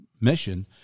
mission